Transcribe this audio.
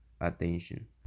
attention